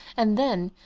and then,